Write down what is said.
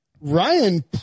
Ryan